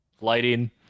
lighting